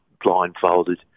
blindfolded